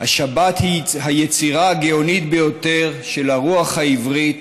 "השבת היא היצירה הגאונית ביותר של הרוח העברית,